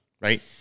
right